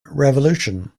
revolution